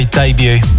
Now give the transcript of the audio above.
debut